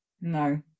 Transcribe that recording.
No